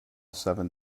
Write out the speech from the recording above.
seven